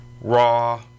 raw